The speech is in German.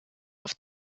auf